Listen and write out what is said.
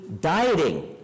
dieting